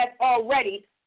already